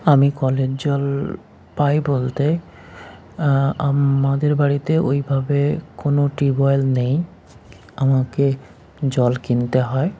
আমি কলের জল পাই বলতে আমাদের বাড়িতে ওইভাবে কোনো টিউবওয়েল নেই আমাকে জল কিনতে হয়